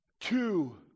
Two